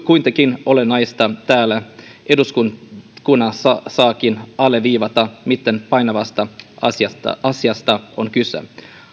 kuitenkin olennaista täällä eduskunnassakin alleviivata miten painavasta asiasta asiasta on kyse